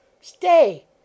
Stay